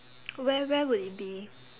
where where would it be